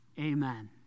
amen